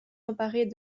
emparée